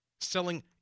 selling